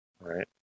Right